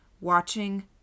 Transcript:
watching